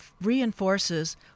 reinforces